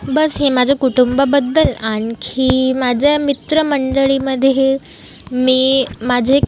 बस्स हे माझं कुटुंबबद्दल आणखी माझे मित्रमंडळीमध्ये हे मी माझे